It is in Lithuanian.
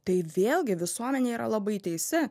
tai vėlgi visuomenė yra labai teisi